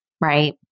right